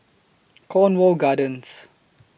Cornwall Gardens